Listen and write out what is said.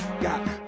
Got